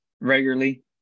regularly